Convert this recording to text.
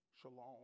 shalom